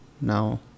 now